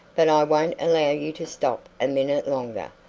but i won't allow you to stop a minute longer.